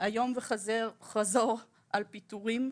איום וחזור על פיטורין,